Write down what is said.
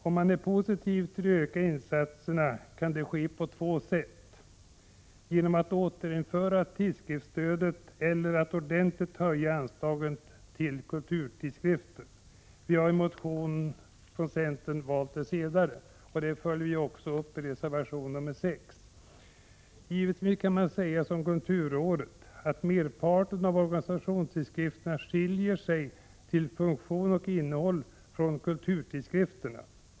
Om man är positiv, kan de ökade insatserna ske på två sätt: genom att återinföra tidskriftsstödet eller genom att ordentligt höja anslaget till kulturtidskrifter. Vi har i motion från centern valt det senare, och det följer vi upp i reservation nr 6. Givetvis kan man säga som kulturrådet: ”Merparterna av organisationstidskrifterna skiljer sig till funktion och innehåll från kulturtidskrifterna.